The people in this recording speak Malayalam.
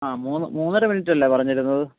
ആ മൂന്ന് മൂന്നര മിനിറ്റല്ലേ പറഞ്ഞിരുന്നത്